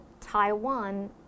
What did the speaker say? Taiwan